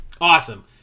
awesome